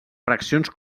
fraccions